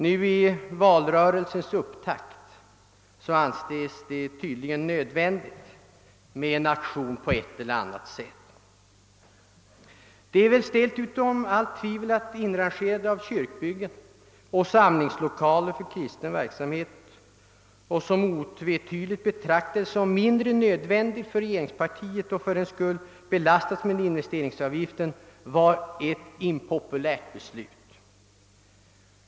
Nu i valrörelsens upptakt anses det tydligen nödvändigt med en aktion i en eller annan form. Det är väl dessutom ställt utom allt tvivel att inrangerandet av kyrkbyggen och uppförandet av samlingslokaler för kristna verksamheter, som otvetydigt betraktades som mindre nödvändiga för regeringspartiet, under de byggnadsobjekt som skulle belastas med investeringsavgiften var ett impopulärt beslut.